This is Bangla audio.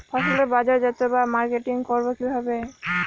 ফসলের বাজারজাত বা মার্কেটিং করব কিভাবে?